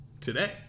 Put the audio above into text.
today